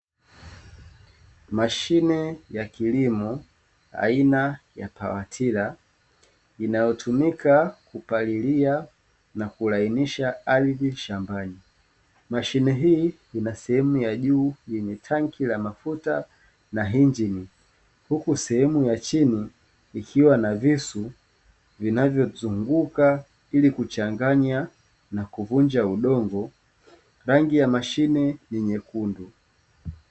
Mashine ya kilimo aina ya pawatira inayotumika kupalilia na kulainisha ardhi shambani. mashine hii ina sehemu ya juu yenye tanki la mafuta na injini, huku sehemu ya chini ikiwa na visu vinavyozunguka ili kuchanganya na kuvunja udongo rangi ya mashine ni nyekundu.